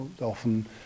often